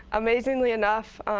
amazingly enough,